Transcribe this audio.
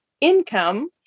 income